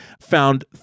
found